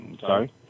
Sorry